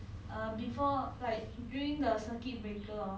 means they don't want me